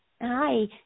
Hi